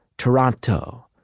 Toronto